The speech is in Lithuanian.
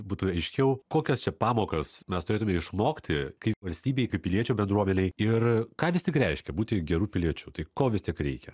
būtų aiškiau kokias čia pamokas mes turėtume išmokti kaip valstybei kaip piliečių bendruomenei ir ką vis tik reiškia būti geru piliečiu tai ko vis tik reikia